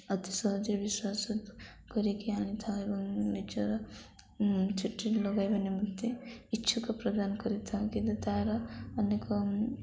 ଅତି ସହଜରେ ବିଶ୍ୱାସ କରିକି ଆଣିଥାଉ ଏବଂ ନିଜର ଚୁଟି ଲଗାଇବା ନିମନ୍ତେ ଇଚ୍ଛୁକ ପ୍ରକାଶ କରିଥାଉ କିନ୍ତୁ ତା'ର ଅନେକ